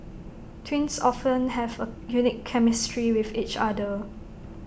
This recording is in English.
twins often have A unique chemistry with each other